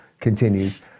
continues